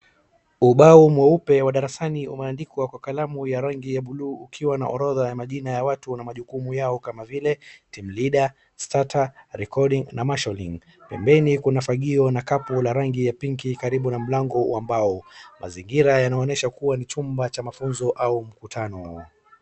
Ubao mweupe wa darasani umeandikwa kwa kalamu ya rangi ya bluu ukiwa na orodha ya majina ya watu na jukumu yao kama vile team leader, starter, recording na marsholing . Pembeni kuna fagio na kapu la rangi ya pinki karibu na mlango wa mbao. Mazingira yanaonesha kuwa ni chumba cha mafunzo au mkutano.